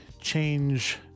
change